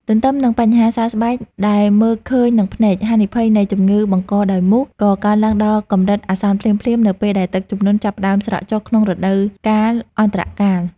ទន្ទឹមនឹងបញ្ហាសើស្បែកដែលមើលឃើញនឹងភ្នែក ហានិភ័យនៃ ជំងឺបង្កដោយមូស ក៏កើនឡើងដល់កម្រិតអាសន្នភ្លាមៗនៅពេលដែលទឹកជំនន់ចាប់ផ្ដើមស្រកចុះក្នុងរដូវកាលអន្តរកាល។